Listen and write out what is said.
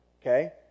okay